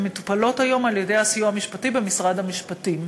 שמטופלות היום על-ידי הסיוע המשפטי במשרד המשפטים.